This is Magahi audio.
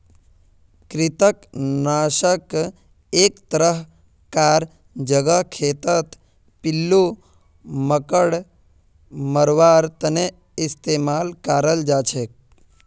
कृंतक नाशक एक तरह कार जहर खेतत पिल्लू मांकड़ मरवार तने इस्तेमाल कराल जाछेक